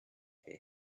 hear